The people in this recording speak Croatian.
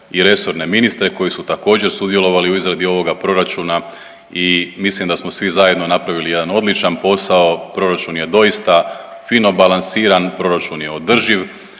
i resorne ministre koji su također sudjelovali u izradi ovoga proračuna i mislim da smo svi zajedno napravili jedan odličan posao, proračun je doista fino balansiran proračun je održiv,